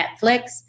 Netflix